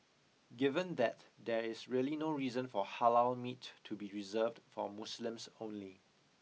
given that there is really no reason for Halal meat to be reserved for Muslims only